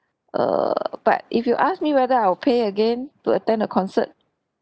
err but if you ask me whether I'll pay again to attend a concert